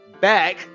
back